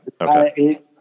Okay